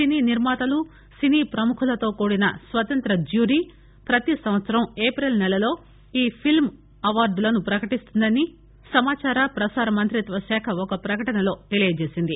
సినీ నిర్మాతలు సినీ ప్రముఖులతో కూడిన స్వతంత్ర జ్యూరీ ప్రతీ సంవత్సరం ఏప్రిల్ సెలలో ఈ ఫిల్మ్ అవార్డులను ప్రకటిస్తుందని సమాచార ప్రసార మంత్రిత్వ శాఖ ఒక ప్రకటనలో తెలియజేసింది